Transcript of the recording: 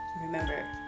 Remember